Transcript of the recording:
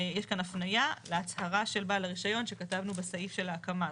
יש כאן הפניה להצהרה של בעל הרישיון שכתבנו בסעיף של ההקמה.